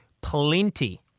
Plenty